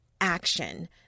action –